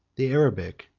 the arabic,